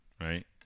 right